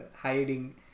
hiding